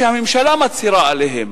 שהממשלה מצהירה עליהן?